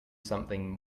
something